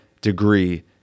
degree